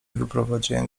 wyprowadziłem